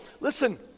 Listen